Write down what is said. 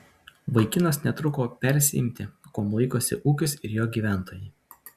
vaikinas netruko persiimti kuom laikosi ūkis ir jo gyventojai